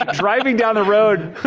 ah driving down the road,